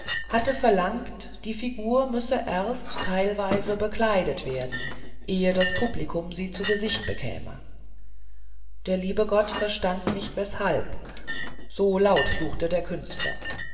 hatte verlangt die figur müsse erst teilweise bekleidet werden ehe das publikum sie zu gesicht bekäme der liebe gott verstand nicht weshalb so laut fluchte der künstler